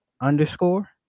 underscore